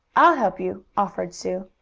i'll help you, offered sue.